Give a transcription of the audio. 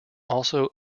also